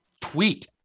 tweet